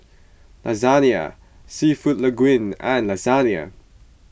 Lasagne Seafood Linguine and Lasagne